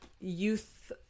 youth